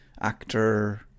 actor